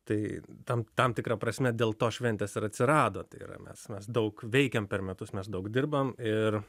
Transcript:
tai tam tam tikra prasme dėl to šventės ir atsirado tai yra mes mes daug veikėm per metus mes daug dirbam ir